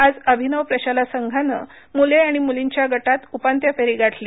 आज अभिनव प्रशाला संघानं मूले आणि मूलींच्या गटात उपांत्य फेरी गाठली